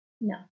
No